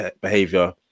behavior